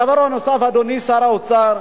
הדבר הנוסף, אדוני שר האוצר,